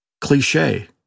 cliche